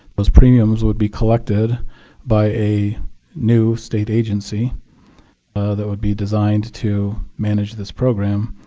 those premiums would be collected by a new state agency that would be designed to manage this program.